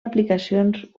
aplicacions